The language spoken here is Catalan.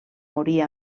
morir